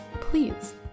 please